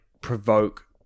provoke